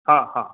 हा हा